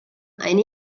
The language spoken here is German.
eine